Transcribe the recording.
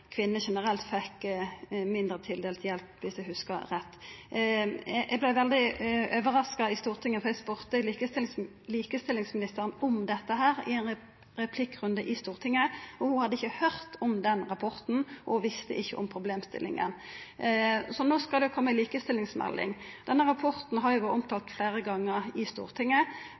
kvinner generelt vert tildelte mindre hjelp, viss eg hugsar rett. Eg vart veldig overraska i Stortinget, for eg spurte likestillingsministeren om dette i ein replikkrunde, og ho hadde ikkje høyrt om den rapporten og visste ikkje om problemstillinga, og no skal det altså koma ei likestillingsmelding. Denne NOVA-rapporten har vore omtalt fleire gonger i Stortinget,